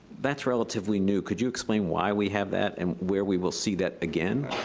that's relatively new could you explain why we have that, and where we will see that again?